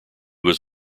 was